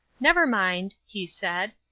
never mind he said.